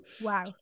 Wow